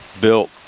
built